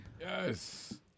yes